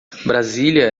brasília